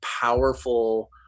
powerful